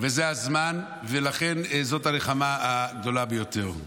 זה הזמן, ולכן זו הנחמה הגדולה ביותר.